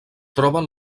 troben